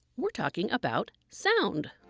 we're talking about sound.